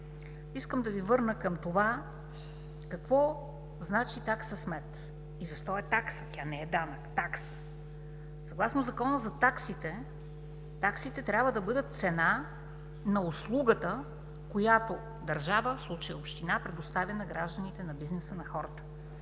Искам да Ви върна към това какво значи такса смет и защо е такса, тя не е данък, такса е. Съгласно Закона за таксите, таксите трябва да бъдат цена на услугата, която държава, в случая община предоставя на гражданите, на бизнеса, на хората.